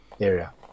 area